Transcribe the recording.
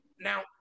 Now